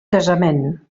casament